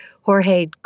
Jorge